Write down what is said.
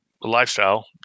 lifestyle